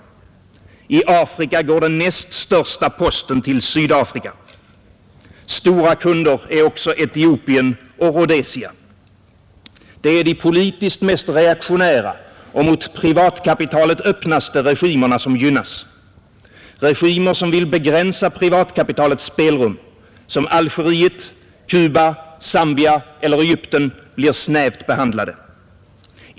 I Afrika går den näst största posten till Sydafrika. Stora kunder är även Etiopien och Rhodesia. Det är de politiskt mest reaktionära och mot privatkapitalet öppnaste regimerna som gynnas. Regimer som vill begränsa privatkapitalets spelrum, som Algeriet, Cuba, Zambia eller Egypten, blir snävt behandlade.